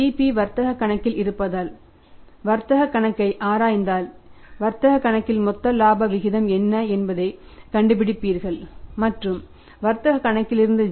P வர்த்தக கணக்கில் இருப்பதால் வர்த்தக கணக்கை ஆராய்ந்தால் வர்த்தக கணக்கில் மொத்த இலாப விகிதம் என்ன என்பதைக் கண்டுபிடிப்பீர்கள் மற்றும் வர்த்தக கணக்கிலிருந்து G